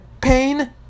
pain